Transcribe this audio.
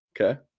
Okay